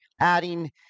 adding